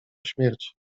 śmierć